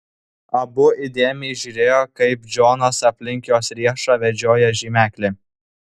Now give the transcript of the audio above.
abu įdėmiai žiūrėjo kaip džonas aplink jos riešą vedžioja žymeklį